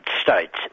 States